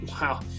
wow